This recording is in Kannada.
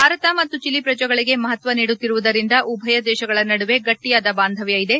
ಭಾರತ ಮತ್ತು ಚಿಲಿ ಪ್ರಜೆಗಳಿಗೆ ಮಹತ್ವ ನೀಡುತ್ತಿರುವುದರಿಂದ ಉಭಯ ದೇಶಗಳ ನಡುವೆ ಗಟ್ಟಿಯಾದ ಬಾಂಧವ್ಯ ಇದೆ